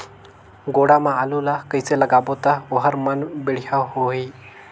गोडा मा आलू ला कइसे लगाबो ता ओहार मान बेडिया होही?